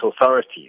authorities